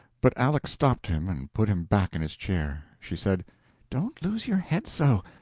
but aleck stopped him and put him back in his chair. she said don't lose your head so.